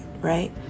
right